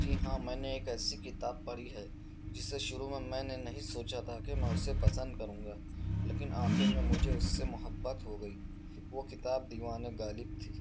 جی ہاں میں نے ایک ایسی کتاب پڑھی ہے جسے شروع میں میں نے نہیں سوچا تھا کہ میں اسے پسند کروں گا لیکن آخر میں مجھے اس سے محبت ہو گئی وہ کتاب دیوان غالب تھی